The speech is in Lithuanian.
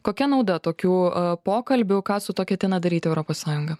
kokia nauda tokių pokalbių ką su tuo ketina daryti europos sąjunga